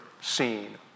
seen